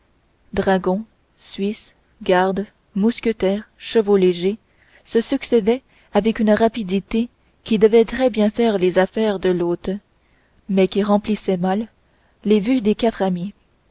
dragons suisses gardes mousquetaires chevau légers se succédaient avec une rapidité qui devait très bien faire les affaires de l'hôte mais qui remplissait fort mal les vues des quatre amis